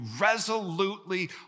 resolutely